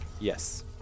Yes